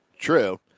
true